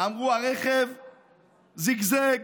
אמרו שהרכב זיגזג.